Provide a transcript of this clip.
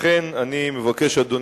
לכן אני מבקש, אדוני,